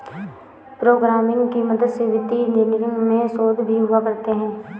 programming की मदद से वित्तीय इन्जीनियरिंग में शोध भी हुआ करते हैं